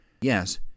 Yes